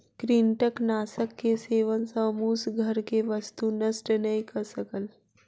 कृंतकनाशक के सेवन सॅ मूस घर के वस्तु नष्ट नै कय सकल